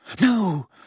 No